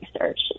research